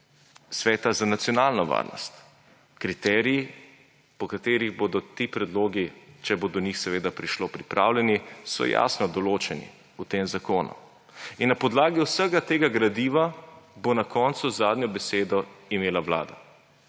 Sveta za nacionalno varnost. Kriteriji, po katerih bodo ti predlogi, če bo do njih seveda prišlo, pripravljeni, so jasno določeni v tem zakonu. Na podlagi vsega tega gradiva bo na koncu zadnjo besedo imela Vlada.